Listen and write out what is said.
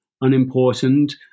unimportant